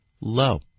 low